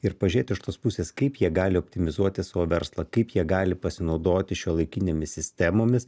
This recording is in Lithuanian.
ir pažiūrėt iš tos pusės kaip jie gali optimizuoti savo verslą kaip jie gali pasinaudoti šiuolaikinėmis sistemomis